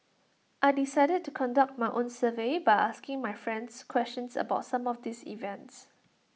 I decided to conduct my own survey by asking my friends questions about some of these events